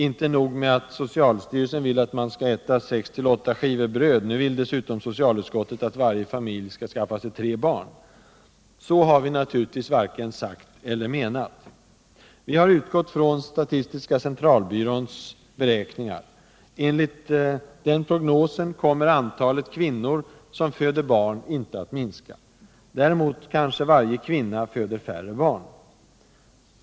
Inte nog med att socialstyrelsen vill att man skall äta 6-8 skivor bröd; nu vill dessutom socialutskottet att varje familj skall skaffa sig tre Så har vi naturligtvis varken sagt eller menat. Vi har utgått från statistiska centralbyråns prognos. Enligt denna kommer antalet kvinnor som föder barn inte att minska. Däremot kanske varje kvinna föder färre barn.